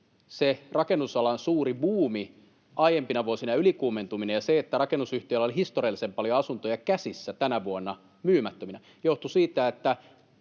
se rakennusalan suuri buumi — aiempina vuosina ylikuumentuminen ja se, että rakennusyhtiöillä oli historiallisen paljon asuntoja käsissä myymättöminä tänä vuonna — johtui siitä, että